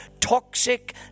toxic